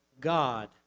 God